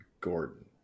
Gordon